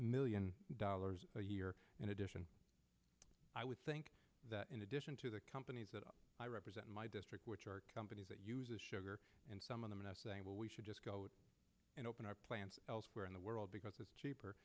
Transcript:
million dollars a year in addition i would think that in addition to the companies that i represent in my district which are companies that use the sugar and some of them are now saying well we should just go out and open our plants elsewhere in the world because it's cheaper